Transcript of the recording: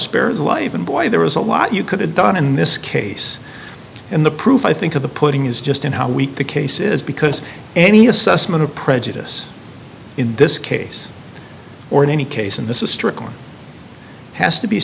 spare the life and boy there was a lot you could have done in this case in the proof i think of the putting is just in how weak the case is because any assessment of prejudice in this case or in any case and this is strictly has to be